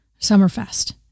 Summerfest